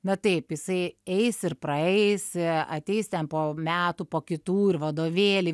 na taip jisai eis ir praeis ateis ten po metų po kitų ir vadovėliai